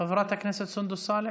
חברת הכנסת סונדוס סאלח,